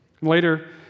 Later